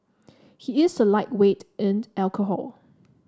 he is a lightweight in alcohol